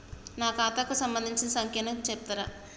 నా ఖాతా కు సంబంధించిన సంఖ్య ను చెప్తరా?